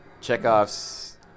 Chekhov's